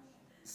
סגן שר?